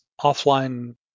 offline